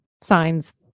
signs